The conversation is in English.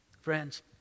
Friends